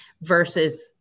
versus